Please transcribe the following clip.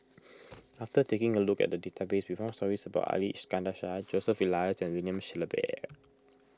after taking a look at the database we found stories about Ali Iskandar Shah Joseph Elias and William Shellabear